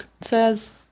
Says